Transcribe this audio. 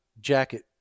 jacket